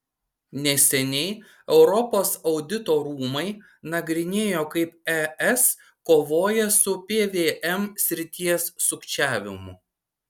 neseniai europos audito rūmai nagrinėjo kaip es kovoja su pvm srities sukčiavimu